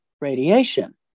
radiation